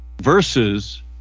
Versus